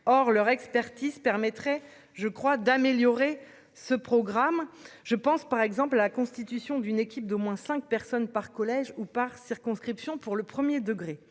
Or leur expertise permettrait je crois d'améliorer ce programme. Je pense par exemple la constitution d'une équipe d'au moins 5 personnes par collège ou par circonscription pour le 1er degré